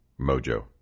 mojo